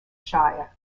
shire